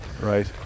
right